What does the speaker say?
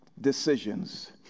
decisions